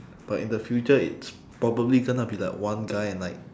but in the future it's probably gonna be like one guy and like